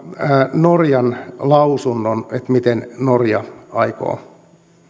norjan lausunnon miten norja aikoo